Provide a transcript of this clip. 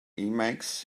emacs